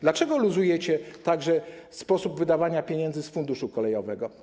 Dlaczego luzujecie także sposób wydawania pieniędzy z Funduszu Kolejowego?